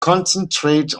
concentrate